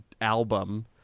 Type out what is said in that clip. album